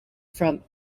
from